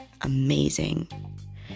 amazing